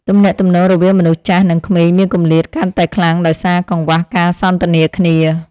ទំនាក់ទំនងរវាងមនុស្សចាស់ និងក្មេងមានគម្លាតកាន់តែខ្លាំងដោយសារកង្វះការសន្ទនាគ្នា។